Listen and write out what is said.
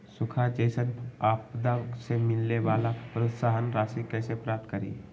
सुखार जैसन आपदा से मिले वाला प्रोत्साहन राशि कईसे प्राप्त करी?